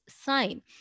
sign